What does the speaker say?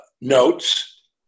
notes